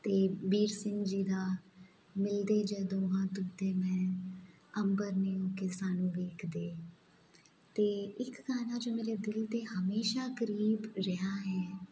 ਅਤੇ ਬੀਰ ਸਿੰਘ ਜੀ ਦਾ ਮਿਲਦੇ ਜਦੋਂ ਹਾਂ ਤੂੰ ਤੇ ਮੈਂ ਅੰਬਰ ਨੀਂਓਕੇ ਸਾਨੂੰ ਵੇਖਦੇ ਅਤੇ ਇੱਕ ਗਾਣਾ ਜੋ ਮੇਰੇ ਦਿਲ ਦੇ ਹਮੇਸ਼ਾ ਕਰੀਬ ਰਿਹਾ ਹੈ